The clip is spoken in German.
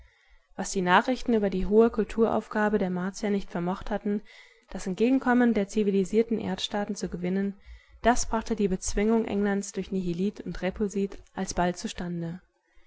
was die nachrichten über die hohe kulturaufgabe der martier nicht vermocht hatten das entgegenkommen der zivilisierten erdstaaten zu gewinnen das brachte die bezwingung englands durch nihilit und repulsit alsbald zustande